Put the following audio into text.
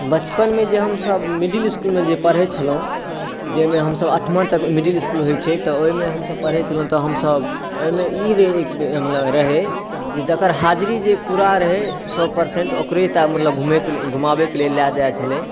बचपनमे जे हमसब मिडिल इसकुलमे जे पढ़ै छलहुँ जाहिमे हमसब अठमा तक मिडिल इसकुल होइ छै तऽ ओहिमे हमसब पढ़ै छलहुँ तऽ हमसब ओहिमे ई रहै जे मतलब रहै जकर हाजिरी जे पूरा रहै सओ परसेन्ट ओकरेटा मतलब घुमैके लेल घुमाबैके लेल लऽ जाइ छलै